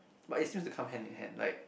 but it seems to come hand in hand like